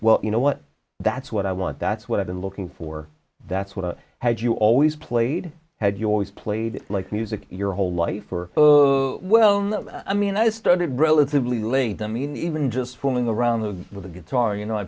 well you know what that's what i want that's what i've been looking for that's what i had you always played had your eyes played like music your whole life or well i mean i started relatively late i mean even just fooling around the with a guitar you know i